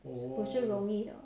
不是容易的